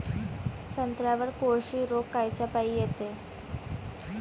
संत्र्यावर कोळशी रोग कायच्यापाई येते?